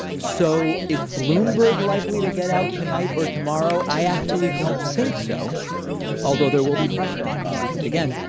so is bloomberg likely to get out tonight or tomorrow? i actually don't think so although there will be pressure on him because again,